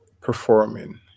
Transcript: performing